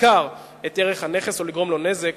ניכר את ערך הנכס או לגרום לו נזק,